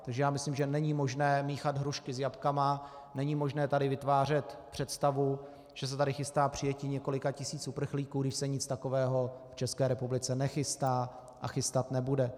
Takže já myslím, že není možné míchat hrušky s jablky, není možné tady vytvářet představu, že se tady chystá přijetí několika tisíc uprchlíků, když se nic takového v České republice nechystá a chystat nebude.